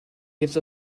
gives